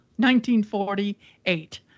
1948